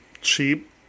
cheap